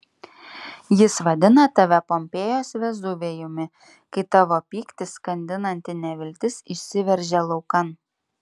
jis vadina tave pompėjos vezuvijumi kai tavo pyktis skandinanti neviltis išsiveržia laukan